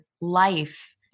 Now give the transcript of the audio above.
life